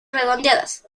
redondeadas